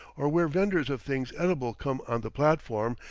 or where venders of things edible come on the platform,